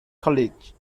college